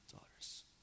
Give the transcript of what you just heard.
daughters